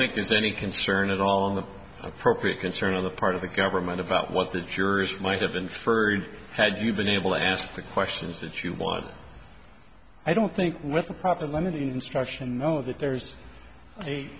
think there's any concern at all on the appropriate concern on the part of the government about what the jurors might have inferred had you been able to ask the questions that you want i don't think with a proper limited instruction know that there's a